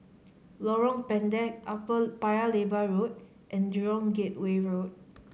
Lorong Pendek Upper Paya Lebar Road and Jurong Gateway Road